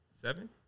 Seven